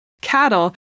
cattle